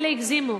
אלה הגזימו.